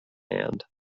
hand